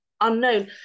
unknown